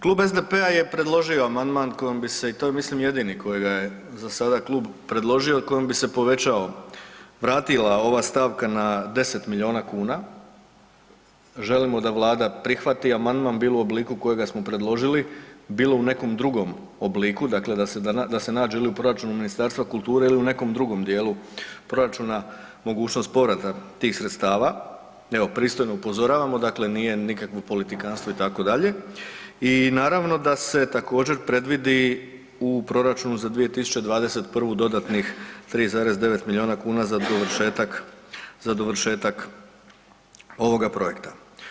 Klub SDP-a je predložio amandman kojim bi se i to je mislim jedini kojega je zasada klub predložio kojim bi se povećao, vratila ova stavka na 10 milijuna kuna, želimo da Vlada prihvati amandman bilo u obliku kojega smo predložili, bilo u nekom drugom obliku, dakle da se nađe ili u proračunu Ministarstva kulture ili u nekom drugom djelu proračuna, mogućnost povrata tih sredstava, evo pristojno upozoravamo, dakle nije nikakvo politikanstvo itd., i naravno da se također previdi u proračunu za 2021. dodatnih 3,9 milijuna za dovršetak ovoga projekta.